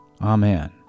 Amen